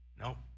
No